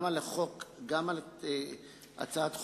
גם על הצעת חוק-יסוד: